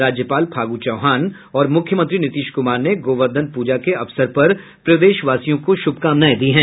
राज्यपाल फागु चौहान और मुख्यमंत्री नीतीश कुमार ने गोवर्धन पूजा के अवसर पर प्रदेशवासियों को शुभकामनाएं दी हैं